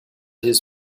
his